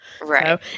Right